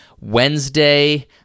Wednesday